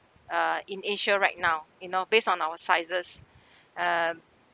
uh in asia right now you know based on our sizes uh